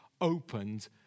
opened